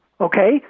Okay